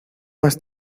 más